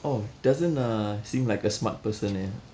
oh doesn't uh seem like a smart person eh